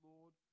Lord